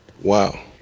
Wow